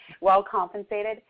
well-compensated